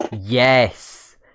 Yes